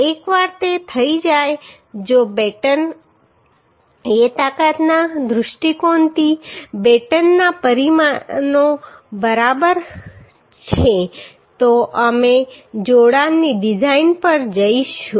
એકવાર તે થઈ જાય જો બેટન એ તાકાતના દૃષ્ટિકોણથી બેટનના પરિમાણો બરાબર છે તો અમે જોડાણની ડિઝાઇન પર જઈશું